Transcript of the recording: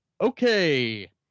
Okay